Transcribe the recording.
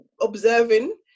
observing